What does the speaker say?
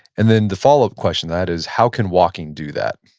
and then the follow up question that is how can walking do that?